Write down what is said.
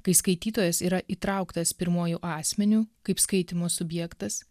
kai skaitytojas yra įtrauktas pirmuoju asmeniu kaip skaitymo subjektas